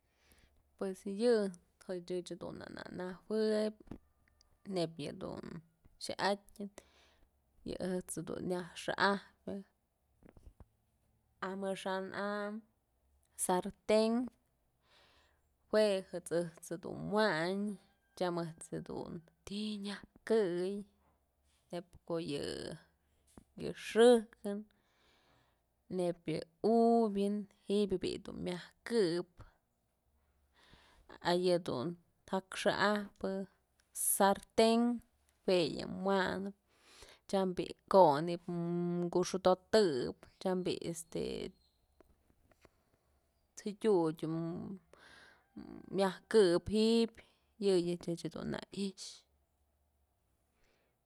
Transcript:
Pues yë ëch jedun na najuëb neyb yëdun xa'atyë yë ëjt's jedun nyaj xa'ajpyë amaxa'an am sarten jue ëjt's jedun wayn tyam ëjt's jedun ti'i nyaj këy nëyb ko'o yë xëjkën nëyb yë ubyë ji'i bi'i dun myaj këb a yë dun jak xa'ajpë sartën jue yë wa'anëp tyam yë kon ji'ib kuxodotëp tyam bi'i este t'sëdyun myaj këb ji'ib yëyëch ëch dun na i'ixë.